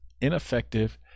ineffective